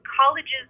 colleges